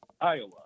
Iowa